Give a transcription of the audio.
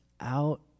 out